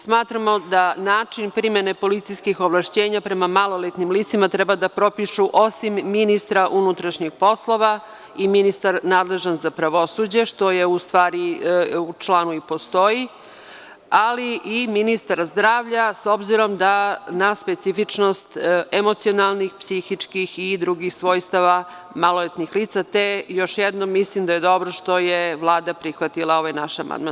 Smatramo da način primene policijskih ovlašćenja prema maloletnim licima treba da propišu osim ministra unutrašnjih poslova i ministar nadležan za pravosuđe, što u članu i postoji, ali i ministar zdravlja, s obzirom da na specifičnost emocionalnih, psihičkih i drugih svojstava maloletnih lica, te još jednom mislim da je dobro što je Vlada prihvatila ovaj naš amandman.